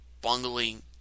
bungling